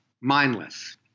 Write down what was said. mindless